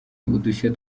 udushya